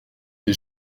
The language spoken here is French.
des